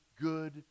good